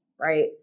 Right